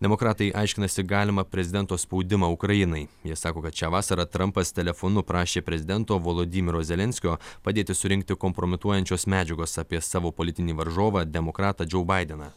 demokratai aiškinasi galimą prezidento spaudimą ukrainai jie sako kad šią vasarą trumpas telefonu prašė prezidento vladimiro zelenskio padėti surinkti kompromituojančios medžiagos apie savo politinį varžovą demokratą džou baideną